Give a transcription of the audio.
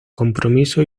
compromiso